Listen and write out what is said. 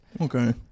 Okay